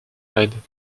raides